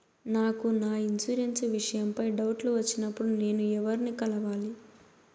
నాకు నా ఇన్సూరెన్సు విషయం పై డౌట్లు వచ్చినప్పుడు నేను ఎవర్ని కలవాలి?